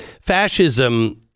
Fascism